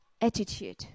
attitude